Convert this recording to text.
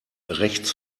rechts